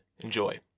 enjoy